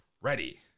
ready